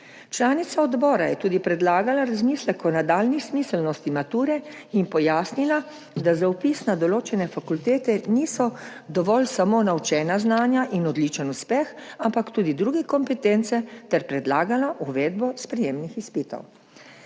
Članica odbora je tudi predlagala razmislek o nadaljnji smiselnosti mature in pojasnila, da za vpis na določene fakultete niso dovolj samo naučena znanja in odličen uspeh, ampak tudi druge kompetence, ter predlagala uvedbo sprejemnih izpitov.